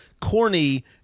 corny